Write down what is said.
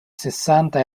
sessanta